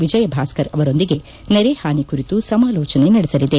ಎಜಯ ಭಾಸ್ಕರ್ ಆವರೊಂದಿಗೆ ನೆರೆಹಾನಿ ಕುರಿತು ಸಮಾಲೋಚನೆ ನಡೆಸಲಿದೆ